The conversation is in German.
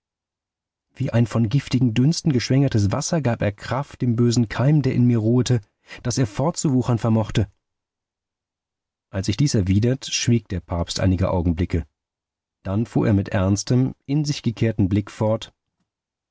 wie ein von giftigen dünsten geschwängertes wasser gab er kraft dem bösen keim der in mir ruhete daß er fortzuwuchern vermochte als ich dies erwidert schwieg der papst einige augenblicke dann fuhr er mit ernstem in sich gekehrtem blick fort